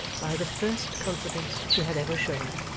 by the first confidence she had ever shown,